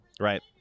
Right